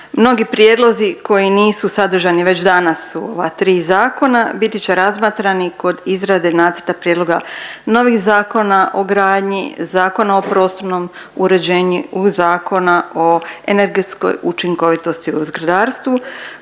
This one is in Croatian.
Mnogi prijedlozi koji nisu sadržani već danas u ova tri zakona biti će razmatrani kod izrade nacrta prijedloga novih Zakona o gradnji, Zakona o prostornom uređenju i Zakona o energetskoj učinkovitosti u zgradarstvu